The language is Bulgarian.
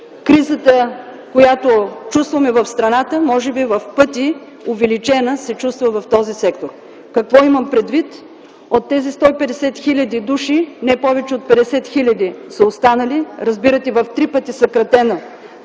Кризата, която чувстваме в страната, може би в пъти увеличена, се чувства в този сектор. Какво имам предвид? От тези 150 хил. души, не повече от 50 хиляди са останали, разбирате в три пъти съкратено